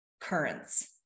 currents